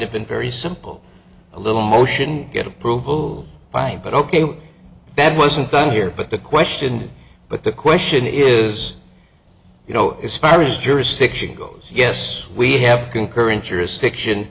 have been very simple a little motion get approval by but ok that wasn't done here but the question but the question is you know is ferrous jurisdiction goes yes we have concurrent jurisdiction